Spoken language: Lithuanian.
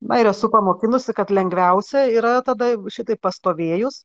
na yra sukoma kūnusi kad lengviausia yra tada jau šitaip pastovėjus